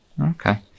Okay